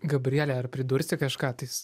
gabriele ar pridursi kažką tais